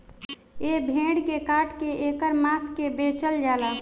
ए भेड़ के काट के ऐकर मांस के बेचल जाला